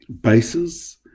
bases